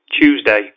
Tuesday